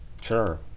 Sure